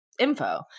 Info